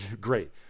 great